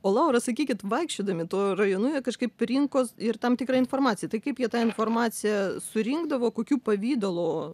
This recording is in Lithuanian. o laura sakykit vaikščiodami tuo rajonu jie kažkaip rinkos ir tam tikrą informaciją tai kaip jie tą informaciją surinkdavo kokiu pavidalu